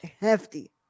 hefty